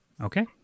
Okay